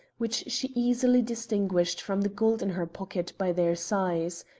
which she easily distinguished from the gold in her pocket by their size.